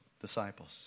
disciples